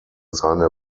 seine